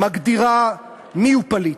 מגדירה מיהו פליט